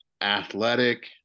athletic